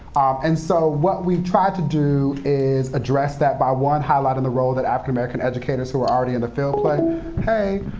and so what we try to do is address that by, one, highlighting the role that african-american educators who are already in the field play hey.